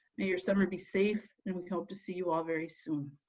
may your summer be safe and we hope to see you all very soon.